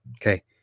Okay